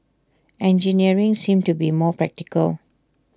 engineering seemed to be more practical